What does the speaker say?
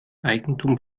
eigentum